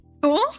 cool